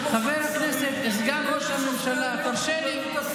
חבר הכנסת וסגן ראש הממשלה, תרשה לי.